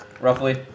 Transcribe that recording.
roughly